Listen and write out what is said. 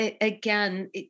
again